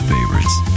Favorites